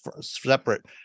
separate